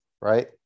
right